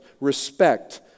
Respect